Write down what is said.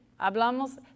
hablamos